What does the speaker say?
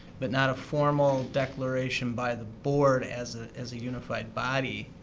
but not a formal declaration by the board as ah as a unified body,